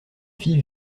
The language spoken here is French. fille